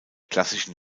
klassischen